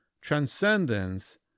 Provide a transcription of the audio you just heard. transcendence